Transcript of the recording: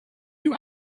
you